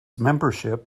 membership